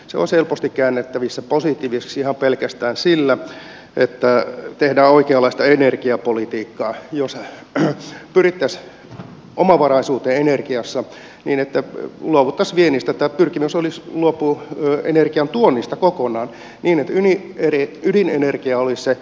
jos helposti käännettävissä positiiviseksia pelkästään sillä etta tehdä oikeanlaista energiapolitiikkaa jos rikas omavaraisuuteen energiassa niin että mullova kasvien istuta pyrkivä solis loppu energiantuonnista kokonaan niin rettigin energia oyssä